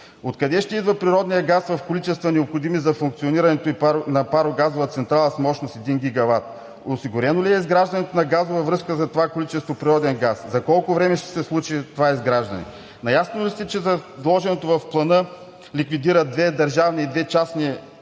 Откъде ще идва природният газ в количества, необходими за функционирането на парогазова централа с мощност 1 гигават? Осигурено ли е изграждането на газова връзка за това количество природен газ? За колко време ще се случи това изграждане? Наясно ли сте, че вложеното в Плана ликвидира две държавни и две частни дружества